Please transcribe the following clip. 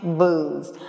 booze